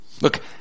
Look